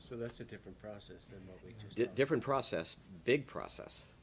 so that's a different process different process big process